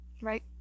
right